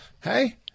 Hey